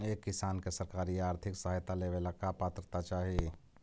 एक किसान के सरकारी आर्थिक सहायता लेवेला का पात्रता चाही?